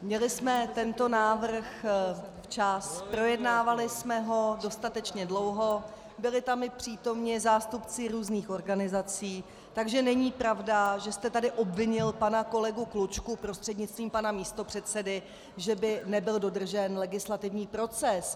Měli jsme tento návrh včas, projednávali jsme ho dostatečně dlouho, byli tam přítomni i zástupci různých organizací, takže není pravda, že jste tady obvinil pana kolegu Klučku, prostřednictvím pana místopředsedy, že by nebyl dodržen legislativní proces.